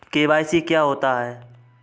KYC क्या होता है?